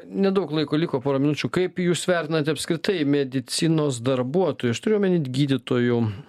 nedaug laiko liko pora minučių kaip jūs vertinate apskritai medicinos darbuoto aš turiu omeny gydytojų